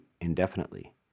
indefinitely